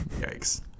Yikes